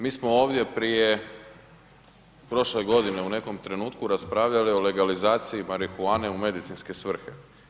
Mi smo ovdje prije, prošle godine u nekom trenutku raspravljali o legalizaciji marihuane u medicinske svrhe.